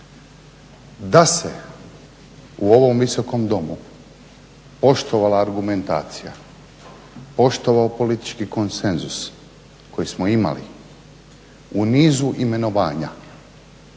Da se u ovom Visokom domu poštovala argumentacija, poštovao politički konsenzus koji smo imali u nizu imenovanja